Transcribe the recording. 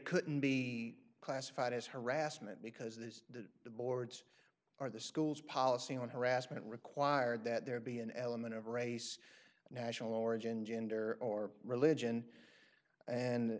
couldn't be classified as harassment because there is that the boards or the school's policy on harassment required that there be an element of race national origin gender or religion and